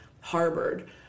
harbored